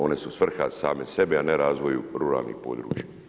One su svrha same sebi, a ne razvoju ruralnim područja.